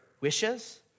wishes